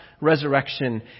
resurrection